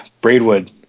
braidwood